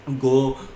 go